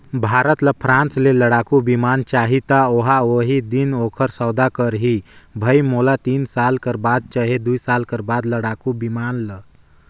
भारत ल फ्रांस ले लड़ाकु बिमान चाहीं त ओहा उहीं दिन ओखर सौदा करहीं भई मोला तीन साल कर बाद चहे दुई साल बाद लड़ाकू बिमान ल